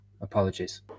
apologies